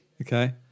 Okay